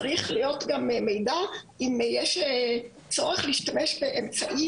צריך להיות גם מידע אם יש צורך להשתמש באמצעי